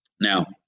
Now